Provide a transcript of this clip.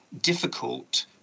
difficult